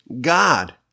God